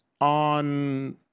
on